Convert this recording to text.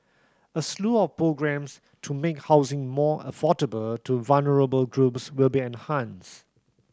a slew of programmes to make housing more affordable to vulnerable groups will be enhanced